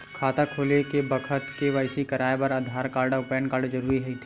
खाता खोले के बखत के.वाइ.सी कराये बर आधार कार्ड अउ पैन कार्ड जरुरी रहिथे